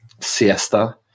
siesta